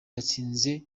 yatsinze